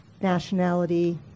nationality